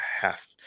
half